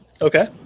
Okay